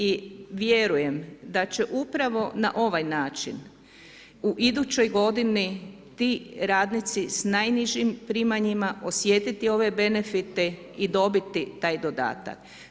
I vjerujem da će upravo na ovaj način u idućoj godini ti radnici s najnižim primanjima osjetiti ove benefite i dobiti taj dodatak.